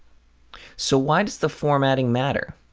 so why does the formatting matter?